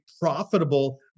profitable